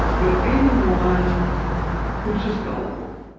but anyone who's just gullible,